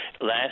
Last